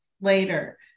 later